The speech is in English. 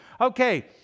okay